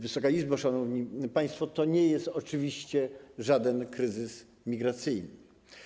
Wysoka Izbo, szanowni państwo, to nie jest oczywiście żaden kryzys migracyjny.